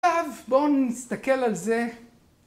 עכשיו בואו נסתכל על זה